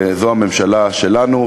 וזו הממשלה שלנו.